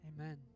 Amen